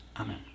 Amen